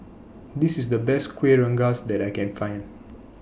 This IS The Best Kuih Rengas that I Can Find